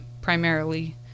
primarily